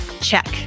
Check